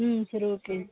ம் சரி ஓகே